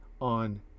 on